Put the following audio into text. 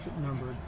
numbered